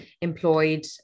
employed